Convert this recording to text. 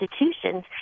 institutions